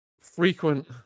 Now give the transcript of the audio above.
frequent